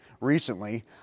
Recently